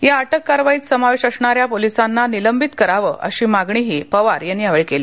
या अटक कारवाईत समावेश असणाऱ्या पोलिसांना निलंबित करावं अशीही मागणी पवार यांनी यावेळी केली